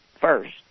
first